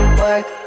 work